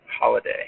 holiday